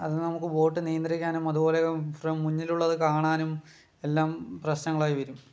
അത് നമക്ക് ബോട്ട് നിയന്ത്രിക്കാനും അതുപോലെ മുന്നിലുള്ളത് കാണാനും എല്ലാം പ്രശ്നങ്ങളായി വരും